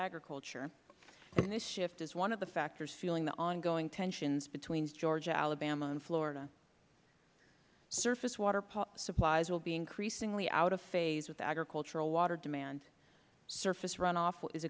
agriculture and this shift is one of the factors fueling the ongoing tensions between georgia alabama and florida surface water supplies will be increasingly out of phase with agricultural water demand surface runoff is